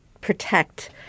protect